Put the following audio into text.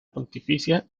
pontificia